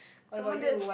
some more the